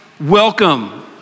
welcome